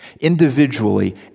Individually